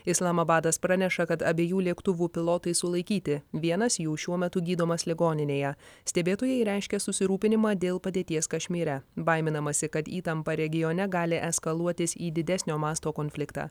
islamabadas praneša kad abiejų lėktuvų pilotai sulaikyti vienas jų šiuo metu gydomas ligoninėje stebėtojai reiškia susirūpinimą dėl padėties kašmyre baiminamasi kad įtampa regione gali eskaluotis į didesnio masto konfliktą